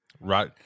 right